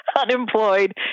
unemployed